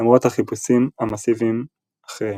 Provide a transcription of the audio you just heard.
למרות החיפושים המסיביים אחריהם.